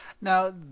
Now